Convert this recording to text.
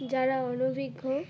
যারা অনভিজ্ঞ